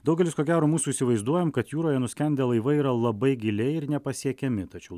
daugelis ko gero mūsų įsivaizduojam kad jūroje nuskendę laivai yra labai giliai ir nepasiekiami tačiau